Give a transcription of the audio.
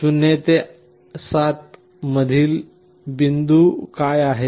0 ते 7 मधील मध्यम बिंदू काय आहे